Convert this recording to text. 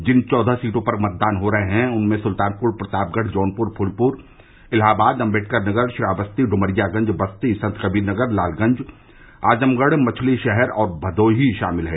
जिन चौदह सीटों पर मतदान हो रहे हैं उनमें सुल्तानपुर प्रतापगढ़ जौनपुर फूलपुर इलाहाबाद अंबेडकर नगर श्रावस्ती ड्मरियागंज बस्ती संतकबीरनगर लालगंज आजमगढ़ मछली शहर और भदोही शामिल हैं